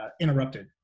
interrupted